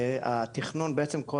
התכנון בעצם,